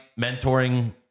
mentoring